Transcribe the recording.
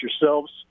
yourselves